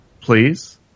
Please